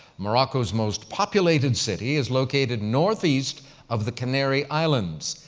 morocco's most populated city is located northeast of the canary islands,